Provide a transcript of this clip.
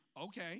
Okay